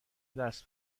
دست